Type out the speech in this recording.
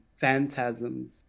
phantasms